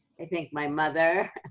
i think my mother,